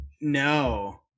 no